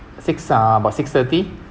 six uh about six thirty